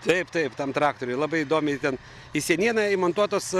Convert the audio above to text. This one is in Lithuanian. taip taip tam traktoriui labai įdomiai ten į senieną įmontuotos